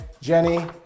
Jenny